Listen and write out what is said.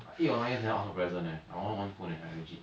I eight or nine years never ask for present leh I want one phone eh I legit